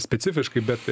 specifiškai bet